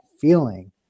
feeling